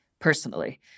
personally